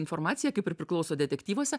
informacija kaip ir priklauso detektyvuose